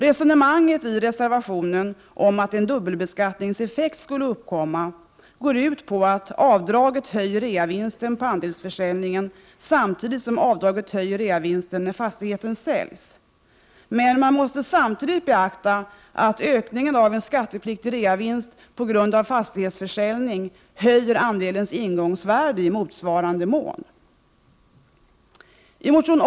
Resonemanget i reservationen, om att en dubbelbeskattningseffekt skulle uppkomma, går ut på att avdraget höjer reavinsten på andelsförsäljningen samtidigt som avdraget höjer reavinsten när fastigheten säljs. Det måste samtidigt beaktas att ökningen av en skattepliktig reavinst på grund av fastighetsförsäljning höjer andelens ingångsvärde i motsvarande mån.